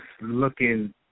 looking